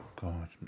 God